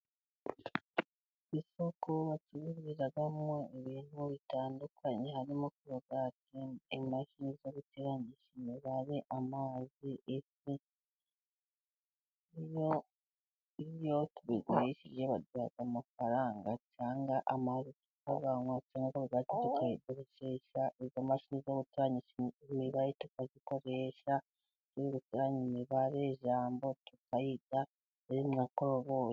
Isoko bacururizamo ibintu bitandukanye harimo korogati, imashini zo guteranyisha imibare, amazi... Iyo tubigurishije baduha amafaranga cyangwa amazi tukayanywa, cyangwa korogati tukaziboroshesha, izo mashini zo guteranyisha imibare tukazikoresha turi guteranya imibare, jambo tukayirya iri mu makoroboyi.